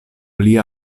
lia